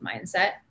mindset